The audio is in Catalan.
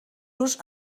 los